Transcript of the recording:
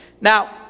Now